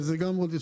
זאת גם בשורה.